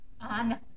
on